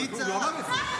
מי צעק?